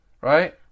Right